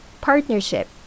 Partnership